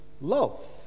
love